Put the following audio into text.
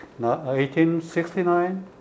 1869